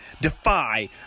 Defy